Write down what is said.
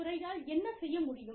IHR துறையால் என்ன செய்ய முடியும்